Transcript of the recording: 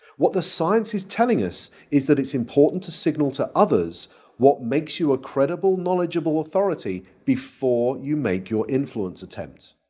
what the science is telling us is that it is important to signal to others what makes you a credible knowledgeable authority before you make your influence attempt.